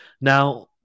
Now